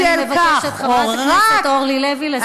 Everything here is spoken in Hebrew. אני מבקשת, חברת הכנסת אורלי לוי, לסיים.